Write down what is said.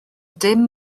dim